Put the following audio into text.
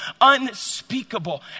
unspeakable